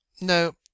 No